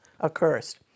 accursed